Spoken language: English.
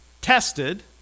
tested